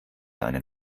einen